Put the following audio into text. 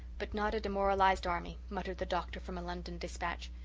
but not a demoralized, army muttered the doctor, from a london dispatch.